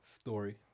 story